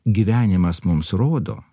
gyvenimas mums rodo